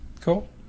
Cool